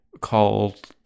called